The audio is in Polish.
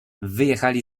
wyjechali